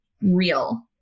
real